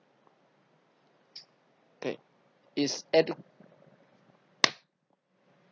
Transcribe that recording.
okay is education